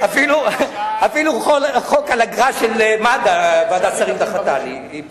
אפילו חוק על אגרה של מד"א ועדת שרים דחתה לי,